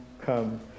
come